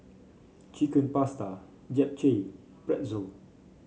Chicken Pasta Japchae Pretzel